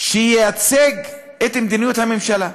שייצג את מדיניות הממשלה.